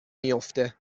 میافته